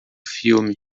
filme